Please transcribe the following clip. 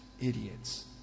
idiots